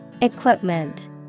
Equipment